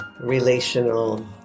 relational